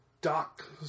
Doc